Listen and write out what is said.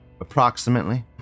Approximately